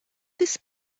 these